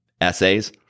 essays